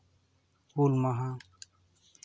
ᱦᱩᱞ ᱢᱟᱦᱟ